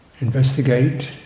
investigate